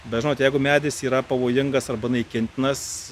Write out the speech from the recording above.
bet žinot jeigu medis yra pavojingas arba naikintinas